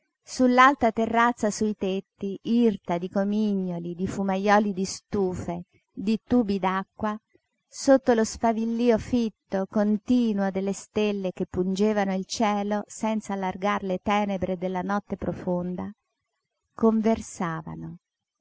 l'alta terrazza sui tetti irta di comignoli di fumajoli di stufe di tubi d'acqua sotto lo sfavillío fitto continuo delle stelle che pungevano il cielo senz'allargar le tenebre della notte profonda conversavano